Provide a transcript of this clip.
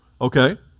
Okay